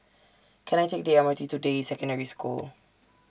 Can I Take The M R T to Deyi Secondary School